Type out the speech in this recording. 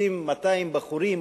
מתקבצים 200 בחורים,